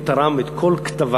הוא תרם את כל כתביו,